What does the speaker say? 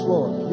Lord